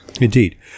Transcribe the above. Indeed